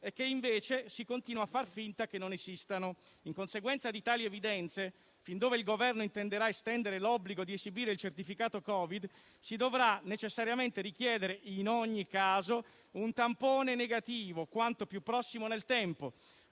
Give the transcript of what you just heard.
e che invece si continua a far finta che non esistano. In conseguenza di tali evidenze, fin dove il Governo intenderà estendere l'obbligo di esibire il certificato Covid si dovrà necessariamente richiedere, in ogni caso, un tampone negativo quanto più prossimo nel tempo,